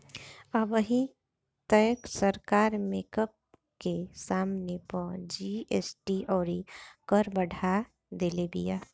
अबही तअ सरकार मेकअप के समाने पअ जी.एस.टी अउरी कर बढ़ा देले बिया